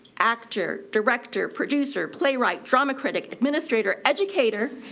actor, director, producer, playwright, drama critic, administrator, educator,